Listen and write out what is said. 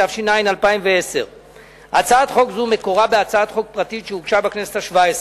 התש"ע 2010. הצעת חוק זו מקורה בהצעת חוק פרטית שהוגשה בכנסת השבע-עשרה.